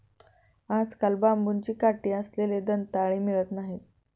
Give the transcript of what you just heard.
आजकाल बांबूची काठी असलेले दंताळे मिळत नाहीत